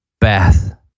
bath